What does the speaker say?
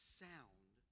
sound